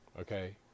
Okay